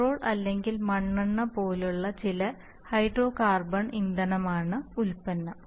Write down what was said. petrol അല്ലെങ്കിൽ മണ്ണെണ്ണ പോലുള്ള ചില ഹൈഡ്രോകാർബൺ ഇന്ധനമാണ് ഉൽപ്പന്നം